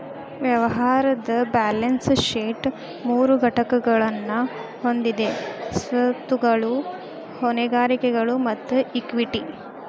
ವ್ಯವಹಾರದ್ balance sheet ಮೂರು ಘಟಕಗಳನ್ನ ಹೊಂದೆದ ಸ್ವತ್ತುಗಳು, ಹೊಣೆಗಾರಿಕೆಗಳು ಮತ್ತ ಇಕ್ವಿಟಿ